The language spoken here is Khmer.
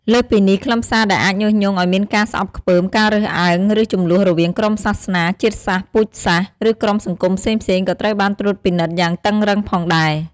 លើសពីនេះ ខ្លឹមសារដែលអាចញុះញង់ឲ្យមានការស្អប់ខ្ពើម ការរើសអើង ឬជម្លោះរវាងក្រុមសាសនា ជាតិសាសន៍ ពូជសាសន៍ ឬក្រុមសង្គមផ្សេងៗ ក៏ត្រូវបានត្រួតពិនិត្យយ៉ាងតឹងរ៉ឹងផងដែរ។